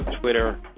Twitter